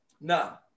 Now